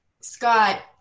Scott